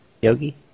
Yogi